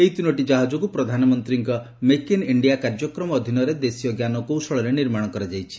ଏହି ତିନୋଟି କାହାଜକୁ ପ୍ରଧାନମନ୍ତ୍ରୀଙ୍କ ମେକ୍ ଇନ୍ ଇଣ୍ଡିଆ କାର୍ଯ୍ୟକ୍ରମ ଅଧୀନରେ ଦେଶୀୟ ଜ୍ଞାନ କୌଶଳରେ ନିର୍ମାଣ କରାଯାଇଛି